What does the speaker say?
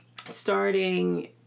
starting